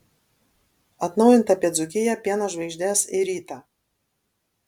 atnaujinta apie dzūkiją pieno žvaigždes ir rytą